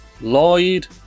Lloyd